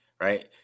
right